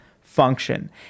function